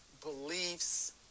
beliefs